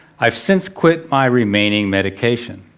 i've since quit my remaining medication.